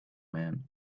man